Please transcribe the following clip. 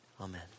Amen